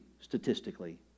statistically